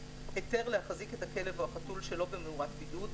היתר להחזיק את הכלב או החתול שלא במאורת בידוד,